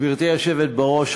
גברתי היושבת-ראש,